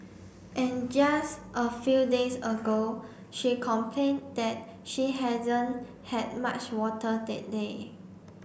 and just a few days ago she complained that she hasn't had much water that day